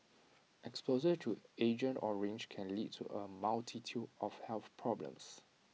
exposure to agent orange can lead to A multitude of health problems